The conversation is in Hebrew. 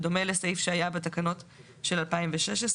בדומה לסעיף שהיה בתקנות של 2016,